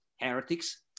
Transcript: heretics